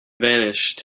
vanished